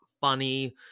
funny